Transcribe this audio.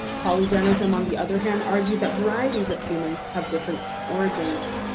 polygenism, on the other hand, argued that varieties of humans have different origins.